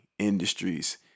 industries